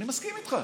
אני מסכים איתך.